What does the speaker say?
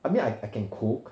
I mean I I can cook